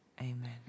Amen